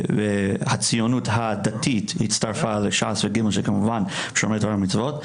הציונות הדתית הצטרפה ל-ש"ס ו-ג' שכמובן הם שומרי תורה ומצוות,